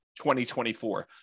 2024